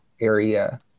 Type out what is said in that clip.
area